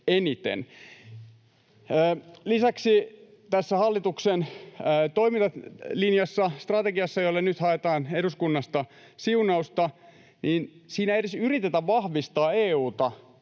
tässä hallituksen toimintalinjassa, strategiassa, jolla nyt haetaan eduskunnasta siunausta, ei edes yritetä vahvistaa EU:ta